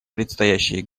предстоящие